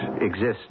exists